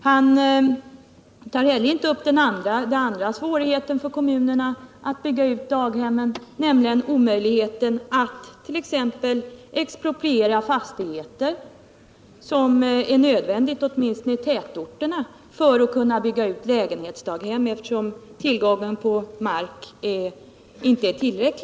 Han har heller inte tagit upp den andra svårigheten för kommunerna att bygga ut daghemmen, nämligen omöjligheten att expropriera fastigheter, vilket det är nödvändigt att göra, åtminstone i tätorterna, för att man där skall kunna bygga ut lägenhetsdaghem, eftersom tillgången på mark inte är tillräcklig.